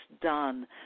done